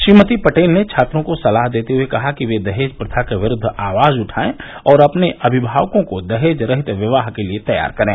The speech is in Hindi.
श्रीमती पटेल ने छात्रों को सलाह देते हुए कहा कि वे दहेज प्रथा के विरूद्व आवाज उठायें और अपने अभिभावकों को दहेज रहित विवाह के लिए तैयार करें